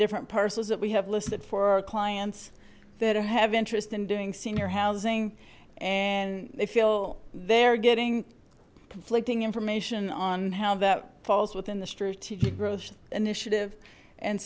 different parcels that we have listed for our clients that have interest in doing senior housing and they feel there getting conflicting information on how that falls within the strategic growth initiative and